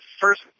first